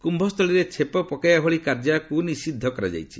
କୁୟ ସ୍ଥଳୀରେ ଛେପ ପକାଇବା ଭଳି କାର୍ଯ୍ୟକୁ ନିଷିଦ୍ଧ କରାଯାଇଛି